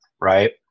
right